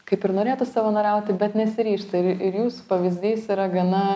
kaip ir norėtų savanoriauti bet nesiryžta ir ir jūsų pavyzdys yra gana